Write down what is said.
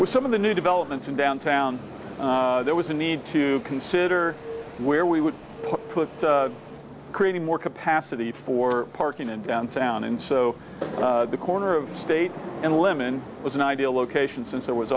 with some of the new developments in downtown there was a need to consider where we would put put creating more capacity for parking in downtown and so the corner of the state and women was an ideal location since it was